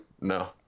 No